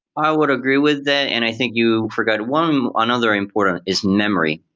i would agree with that, and i think you forgot one another important, is memory.